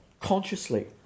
consciously